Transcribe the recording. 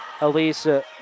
Elisa